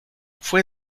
fue